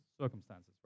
circumstances